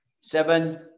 Seven